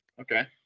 Okay